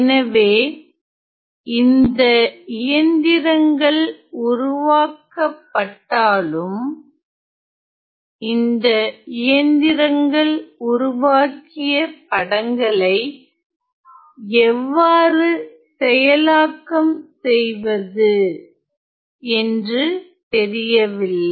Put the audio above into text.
எனவே இந்த இயந்திரங்கள் உருவாக்கப்பட்டாலும் இந்த இயந்திரங்கள் உருவாக்கிய படங்களை எவ்வாறு செயலாக்கம் செய்வது என்று தெரியவில்லை